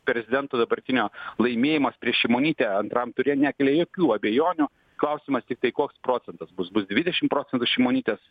prezidento dabartinio laimėjimas prieš šimonytę antram ture nekelia jokių abejonių klausimas tiktai koks procentas bus bus dvidešim procentų šimonytės